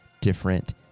different